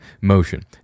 motion